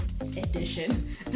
edition